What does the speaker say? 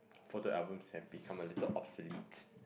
photo albums have become a little obsolete